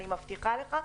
אני מבטיחה לך.